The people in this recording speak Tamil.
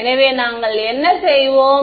எனவே நாங்கள் என்ன செய்வோம்